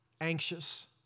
anxious